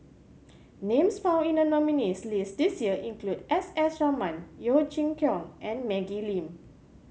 names found in the nominees' list this year include S S Ratnam Yeo Chee Kiong and Maggie Lim